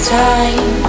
time